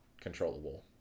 controllable